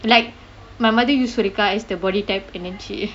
like my mother used surekha as the body type and then she